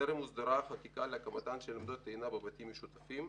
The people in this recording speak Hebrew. טרם הוסדרה החקיקה להסדרה של עמדות טעינה בבתים המשותפים,